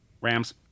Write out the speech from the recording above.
Rams